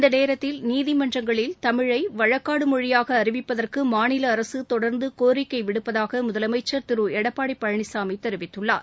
இந்த நேரத்தில் நீதிமன்றங்களில் தமிழை வழக்காடும் மொழியாக அறிவிப்பதற்கு மாநில அரசு தொடர்ந்து கோரிக்கை விடுத்திருப்பதாக முதலமைச்சர் திரு எடப்பாடி பழனிசாமி தெரிவித்துள்ளார்